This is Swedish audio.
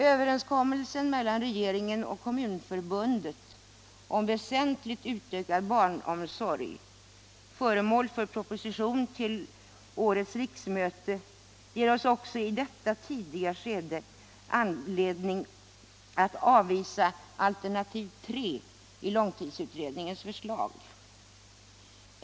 Överenskommelsen mellan regeringen och Kommunförbundet om väsentligt utökad barnomsorg, föremål för proposition till årets riksmöte, ger oss också i detta tidiga skede anledning att avvisa alternativ 3 i långtidsutredningens förslag.